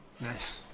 Nice